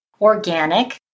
organic